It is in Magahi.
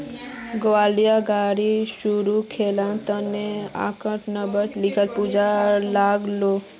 ग्वालियरेर गाड़ी शोरूम खोलवार त न अंकलक नब्बे लाखेर पूंजी लाग ले